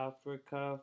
Africa